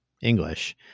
English